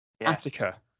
Attica